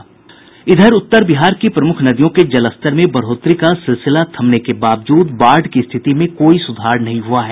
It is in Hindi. उत्तर बिहार की प्रमुख नदियों के जलस्तर में बढ़ोतरी का सिलसिला थमने के बावजूद बाढ़ की स्थिति में कोई सुधार नहीं हुआ है